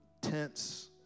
tents